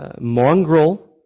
mongrel